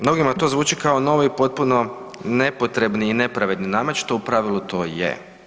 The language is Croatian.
Mnogima to zvuči kao novi, potpuno nepotrebni i nepravedni namet, što u pravilu to je.